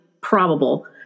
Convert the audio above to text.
probable